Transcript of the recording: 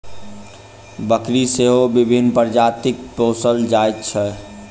बकरी सेहो विभिन्न प्रजातिक पोसल जाइत छै